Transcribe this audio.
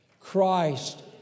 Christ